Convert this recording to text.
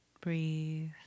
breathe